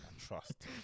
trust